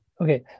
okay